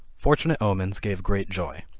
fortunate omens gave great joy,